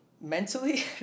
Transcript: mentally